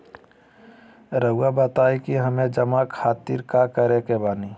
रहुआ बताइं कि हमें जमा खातिर का करे के बानी?